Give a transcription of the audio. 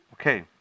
Okay